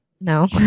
No